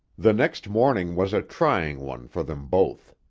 the next morning was a trying one for them both.